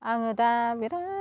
आङो दा बिराथ